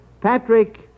patrick